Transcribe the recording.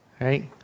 right